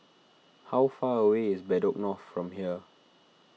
how far away is Bedok North from here